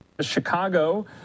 Chicago